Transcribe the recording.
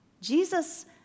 Jesus